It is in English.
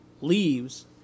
leaves